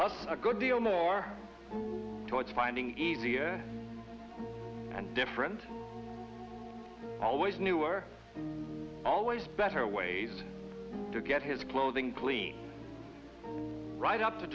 plus a good deal more towards finding easier and different always newer always better ways to get his clothing clean right up to